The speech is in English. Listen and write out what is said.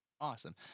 awesome